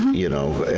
you know,